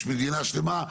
יש מדינה שלמה,